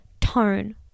tone